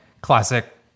classic